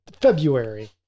February